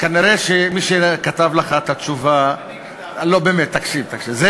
כנראה מי שכתב לך את התשובה, אני כתבתי.